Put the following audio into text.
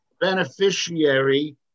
beneficiary